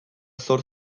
zor